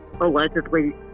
allegedly